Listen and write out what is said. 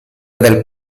del